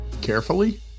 carefully